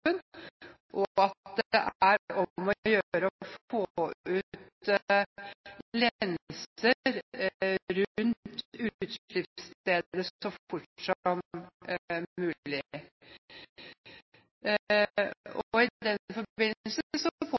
og at det er om å gjøre å få ut lenser rundt utslippsstedet så fort som mulig. I den forbindelse